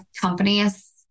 companies